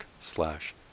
slash